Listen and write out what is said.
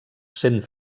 sent